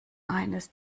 eines